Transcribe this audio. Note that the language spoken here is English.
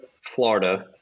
Florida